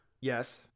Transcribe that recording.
Yes